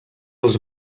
els